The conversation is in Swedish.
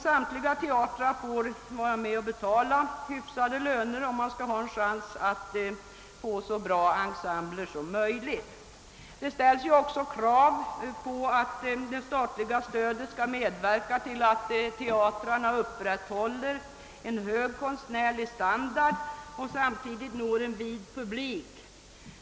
Samtliga teatrar får vara med och betala hyfsade löner, om man skall ha en chans att få så bra ensembler som möjligt. Det ställs också krav på att det statliga stödet skall medverka till att teatrarna upprätthåller en hög konstnärlig standard och samtidigt når en vid publik.